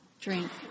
drink